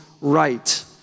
right